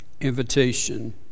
invitation